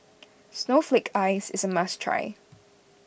Snowflake Ice is a must try